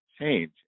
change